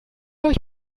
euch